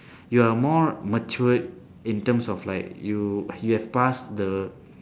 you are more matured in terms of like you you have passed the